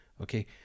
Okay